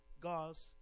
God's